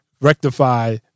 rectify